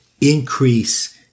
increase